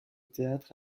théâtre